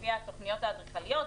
לפי התכניות האדריכליות,